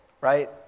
right